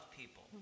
people